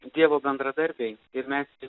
dievo bendradarbiai ir mes